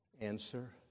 Answer